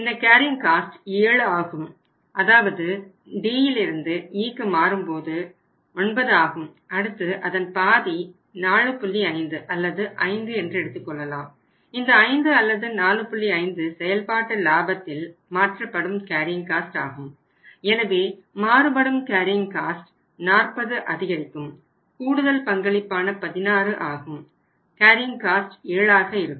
இந்தக் carrying cost 7 ஆக இருக்கும்